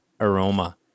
aroma